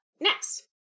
Next